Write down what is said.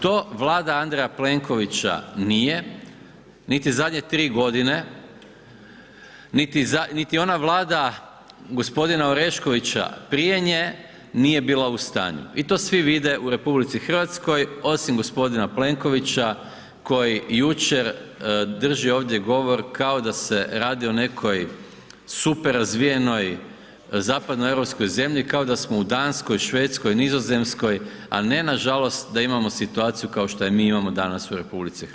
To Vlada Andreja Plenkovića nije niti zadnje tri godine, niti ona Vlada gospodina Oreškovića prije nje nije bila u stanju i to svi vide u RH osim gospodina Plenkovića koji jučer drži ovdje govor kao da se radi o nekoj super razvijenoj zapadno europskoj zemlji kao da smo u Danskoj, Švedskoj, Nizozemskoj a ne nažalost da imamo situaciju kao što je mi imamo danas u RH.